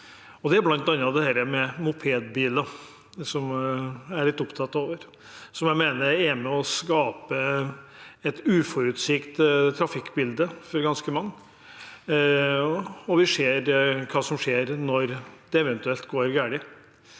Det er bl.a. dette med mopedbiler, som jeg er litt opptatt av, og som jeg mener er med på å skape et uforutsigbart trafikkbilde for ganske mange. Vi ser hva som skjer når det eventuelt går galt.